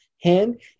hand